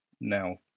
now